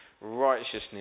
righteousness